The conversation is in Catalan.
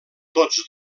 tots